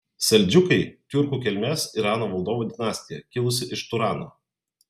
seldžiukai tiurkų kilmės irano valdovų dinastija kilusi iš turano